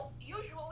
usually